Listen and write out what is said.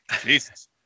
Jesus